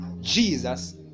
Jesus